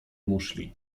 muszli